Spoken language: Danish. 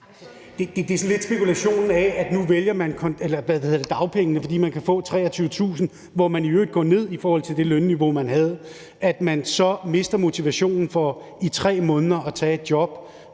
Det er sådan lidt spekulation, i forhold til at nu vælger man dagpengene, fordi man kan få 23.000 kr., hvor man i øvrigt går ned i forhold til det lønniveau, man havde, og at man så mister motivationen for i 3 måneder at tage et job,